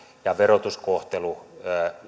ja verotuskohtelu